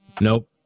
Nope